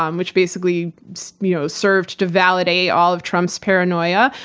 um which basically so you know served to validate all of trump's paranoia,